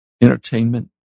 entertainment